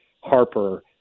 Harper